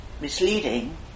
misleading